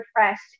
refreshed